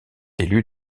élus